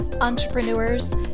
entrepreneurs